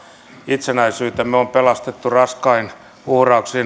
itsenäisyytemme on pelastettu raskain uhrauksin